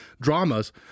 dramas